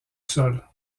sol